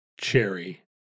cherry